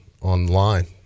online